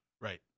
Right